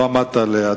לא עמדת עליה,